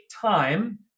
time